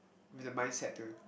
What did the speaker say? with the mindset to